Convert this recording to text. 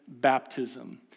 baptism